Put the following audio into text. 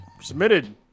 submitted